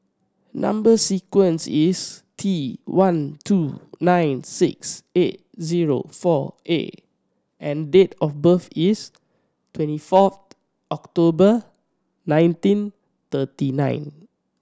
number sequence is T one two nine six eight zero four A and date of birth is twenty fourth October nineteen thirty nine